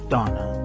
Donna